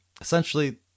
essentially